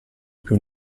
più